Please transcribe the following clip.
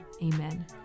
amen